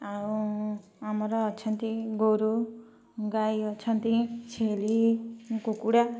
ଆଉ ଆମର ଅଛନ୍ତି ଗୋରୁ ଗାଈ ଅଛନ୍ତି ଛେଳି କୁକୁଡ଼ା